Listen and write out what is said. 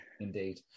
indeed